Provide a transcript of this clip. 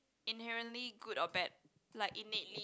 inherently good or bad like innately